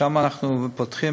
שם אנחנו פותחים,